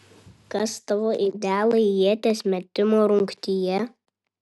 kas tavo idealai ieties metimo rungtyje